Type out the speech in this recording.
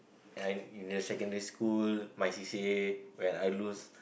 I in the secondary school my C_C_A when I lose